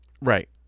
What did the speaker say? Right